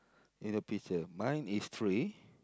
in the picture mine is three